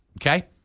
Okay